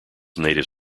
native